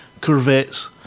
corvettes